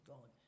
God